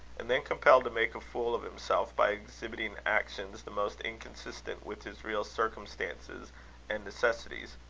and then compelled to make a fool of himself by exhibiting actions the most inconsistent with his real circumstances and necessities.